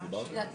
רוצה רגע להיכנס